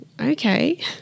okay